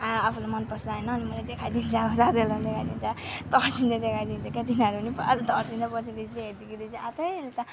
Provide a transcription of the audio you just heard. आफूलाई मनपर्छ होइन अनि मैले देखाइदिन्छ साथीहरूलाई नि देखाइदिन्छ तर्सिँदै देखाइदिन्छ क्या तिनीहरू नि फर्स्ट तर्सिन्छ पछाडि चाहिँ हेर्दाखेरि चाहिँ है एल्लो त